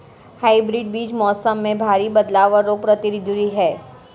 hybrid बीज मौसम में भारी बदलाव और रोग प्रतिरोधी हैं